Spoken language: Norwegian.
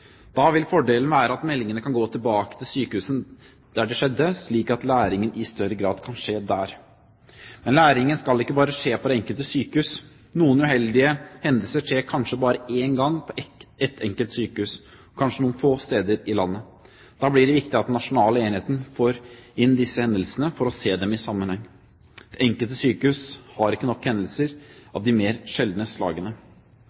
Da vil fordelen være at meldingene kan gå tilbake til sykehusene der det skjedde, slik at læringen i større grad kan skje der. Men læringen skal ikke bare skje på det enkelte sykehus. Noen uheldige hendelser skjer kanskje bare én gang på et enkelt sykehus og kanskje noen få steder i landet. Da blir det viktig at den nasjonale enheten får inn disse hendelsene for å se dem i sammenheng. Det enkelte sykehus har ikke nok hendelser